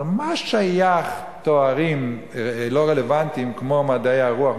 אבל מה שייך תארים לא רלוונטיים כמו במדעי הרוח,